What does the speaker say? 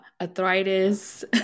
arthritis